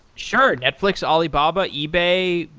sure. netflix, alibaba, ebay,